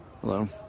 Hello